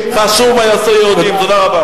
או"ם שמום מום,